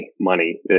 money